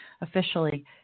Officially